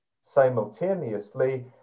simultaneously